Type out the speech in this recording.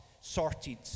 sorted